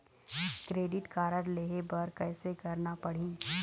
Credit card लेहे बर कैसे करना पड़ही?